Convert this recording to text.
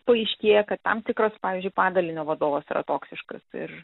paaiškėja kad tam tikras pavyzdžiui padalinio vadovas yra toksiškas ir